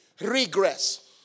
Regress